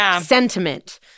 sentiment